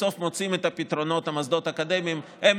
בסוף המוסדות האקדמיים מוצאים את הפתרונות,